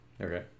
Okay